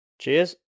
Cheers